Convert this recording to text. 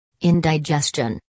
Indigestion